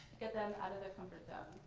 get them out of their comfort zone